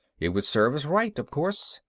it would serve us right, of course,